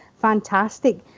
fantastic